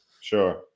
Sure